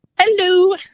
hello